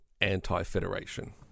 anti-Federation